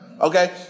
Okay